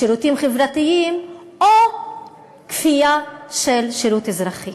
שירותים חברתיים או כפייה של שירות אזרחי?